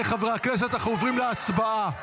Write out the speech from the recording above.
אנחנו עוברים להצבעה.